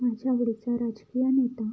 माझ्या आवडीचा राजकीय नेता